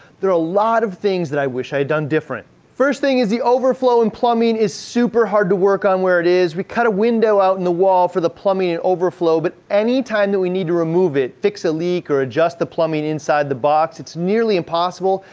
there are a lot of things that i wish i had done different. first thing is the overflow and plumbing is super hard to work on where it is. we cut a window out in the wall for the plumbing and overflow but any time that we need to remove it, fix a leak or adjust the plumbing inside the box, it's nearly impossible.